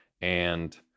And-